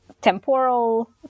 temporal